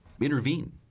intervene